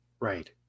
Right